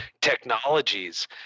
technologies